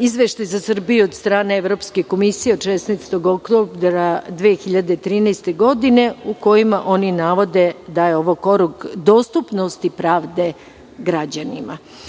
Izveštaj za Srbiju od strane Evropske komisije od 16. oktobra 2013. godine, u kojima oni navode da je ovo korak dostupnosti pravde građanima. Što